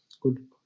good